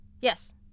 Yes